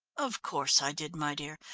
of course i did, my dear.